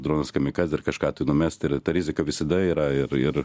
dronas kamikadzė ar kažką tai numest ir ta rizika visada yra ir ir